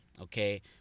okay